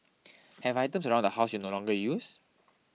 have items around the house you no longer use